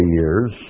years